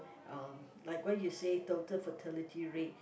um like why you said total fertility rate